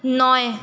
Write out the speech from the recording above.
নয়